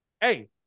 hey